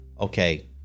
okay